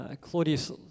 Claudius